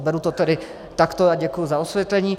Beru to tedy takto a děkuji za osvětlení.